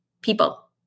people